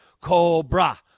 Cobra